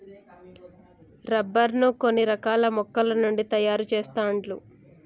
rubber ను కొన్ని రకాల మొక్కల నుండి తాయారు చెస్తాండ్లు